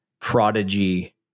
prodigy